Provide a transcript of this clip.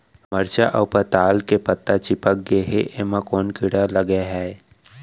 मरचा अऊ पताल के पत्ता चिपक गे हे, एमा कोन कीड़ा लगे है?